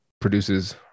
produces